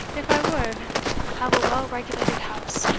if i would have a well-regulated house